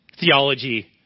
theology